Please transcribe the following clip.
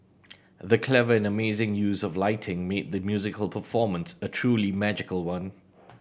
the clever and amazing use of lighting made the musical performance a truly magical one